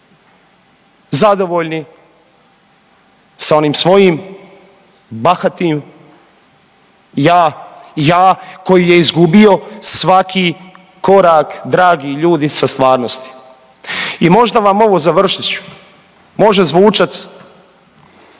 zadovoljni sa onim svojim bahatim ja, ja koji je izgubio svaki korak dragi ljudi sa stvarnosti. I možda vam ovo, završit ću, može zvučat